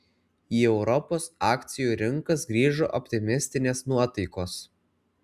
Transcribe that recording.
į europos akcijų rinkas grįžo optimistinės nuotaikos